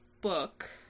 book